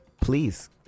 please